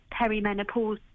perimenopause